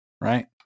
Right